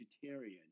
vegetarian